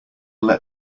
let